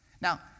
now